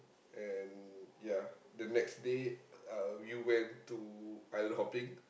and yeah the next day uh we went to island hopping